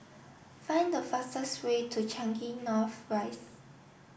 find the fastest way to Changi North Rise